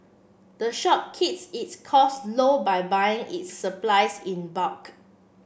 the shop keeps its costs low by buying its supplies in bulk